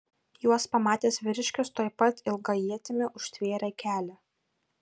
juos pamatęs vyriškis tuoj pat ilga ietimi užtvėrė kelią